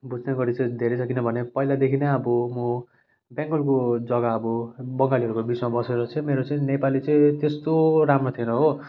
बुझ्ने गरी चाहिँ धेरै छ किनभने पहिलादेखि नै अब म बङ्गालको जग्गा अब बङ्गालीहरूको बिचमा बसेर चाहिँ मेरो चाहिँ नेपाली चाहिँ त्यस्तो राम्रो थिएन हो